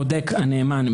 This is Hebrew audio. בודק הנאמן,